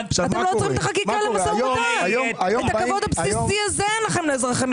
את הכבוד הבסיסי הזה אין לכם לאזרחי מדינת ישראל.